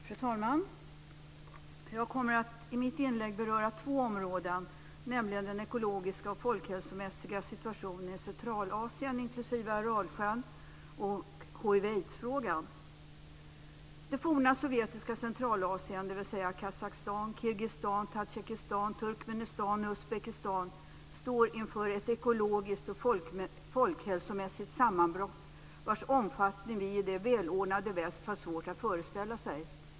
Fru talman! Jag kommer i mitt inlägg att beröra två områden, nämligen den ekologiska och folkhälsomässiga situationen i Centralasien, inklusive Kirgizistan, Tadzjikistan, Turkmenistan och Uzbekistan, står inför ett ekologiskt och folkhälsomässigt sammanbrott vars omfattning vi i det välordnade väst har svårt att föreställa oss.